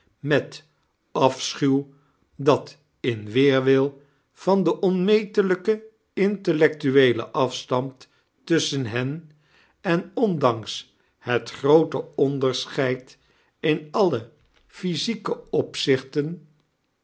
met aischuw dat in weerwil van den onnetelijken intellectueelen afstand tusschen hen en ondanks het groote onderscheid in alle physieke opzichten